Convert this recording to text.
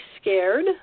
scared